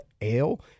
ale